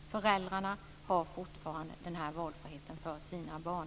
Föräldrarna har fortfarande den här valfriheten för sina barn.